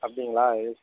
அப்படிங்களா